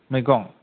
मैगं